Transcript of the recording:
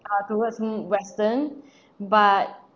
uh towards mm western but